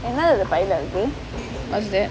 என்னது அது பைல இருக்கு:ennathu athu paila irukku what's that